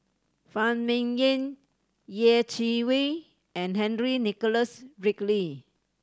Phan Ming Yen Yeh Chi Wei and Henry Nicholas Ridley